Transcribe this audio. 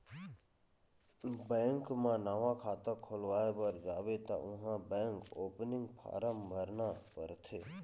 bank म नवा खाता खोलवाए बर जाबे त उहाँ बेंक ओपनिंग फारम भरना परथे